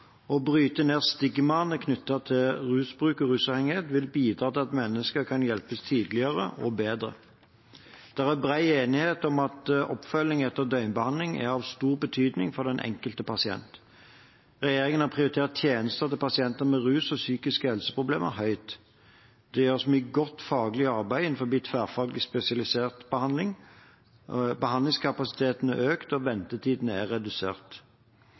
Å bryte ned stigmaene knyttet til rusbruk og rusavhengighet vil bidra til at mennesker kan hjelpes tidligere og bedre. Det er bred enighet om at oppfølging etter døgnbehandling er av stor betydning for den enkelte pasient. Regjeringen har prioritert tjenester til pasienter med rus og psykiske helseproblemer høyt. Det gjøres mye godt faglig arbeid innenfor tverrfaglig spesialisert behandling. Behandlingskapasiteten er økt, og ventetiden er redusert.